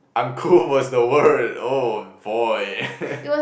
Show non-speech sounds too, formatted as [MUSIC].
uncouth was the word oh boy [BREATH]